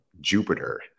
jupiter